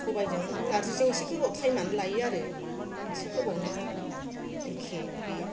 सबायजों नारजिजों एसे गोबाव टाइमानो लायो आरो एसे गोबाव नांगौ एखे बेयो